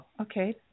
Okay